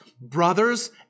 brothers